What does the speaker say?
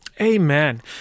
Amen